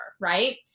Right